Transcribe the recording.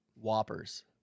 Whoppers